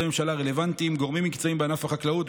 הממשלה הרלוונטיים וגורמים מקצועיים בענף החקלאות,